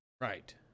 Right